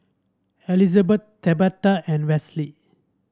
Elizabet Tabatha and Wesley